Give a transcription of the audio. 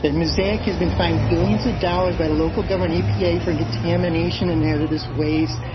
and mosaic has been fined billions of dollars by the local government epa from contamination and hazardous waste.